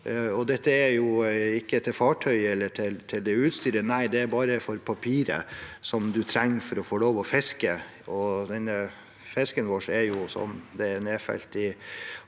dette er ikke for fartøy eller for utstyr – nei, det er bare for papiret som du trenger for å få lov til å fiske. Denne fisken vår er, som det er nedfelt i